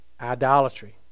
idolatry